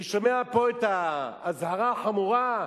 אני שומע פה אזהרה חמורה,